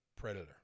predator